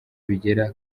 bigera